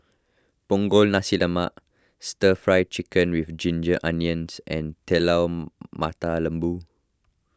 Punggol Nasi Lemak Stir Fry Chicken with Ginger Onions and Telur Mata Lembu